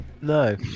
No